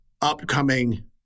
upcoming